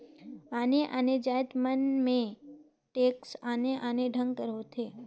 आने आने जाएत मन में टेक्स आने आने ढंग कर होथे